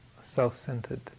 self-centered